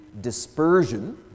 dispersion